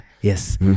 Yes